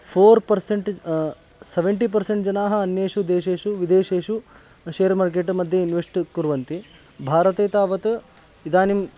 four percent seventy percent जनाः अन्येषु देशेषु विदेशेषु शेर् मार्केट् मध्ये इन्वेस्ट् कुर्वन्ति भारते तावत् इदानीं